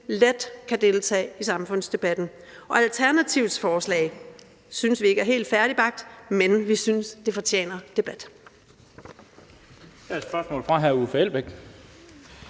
let kan deltage i samfundsdebatten. Alternativets forslag synes vi ikke er helt færdigbagt, men vi synes, det fortjener debat.